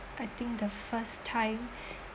I think the first time